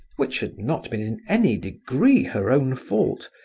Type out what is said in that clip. which had not been in any degree her own fault,